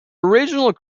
original